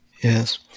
Yes